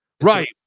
Right